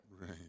Right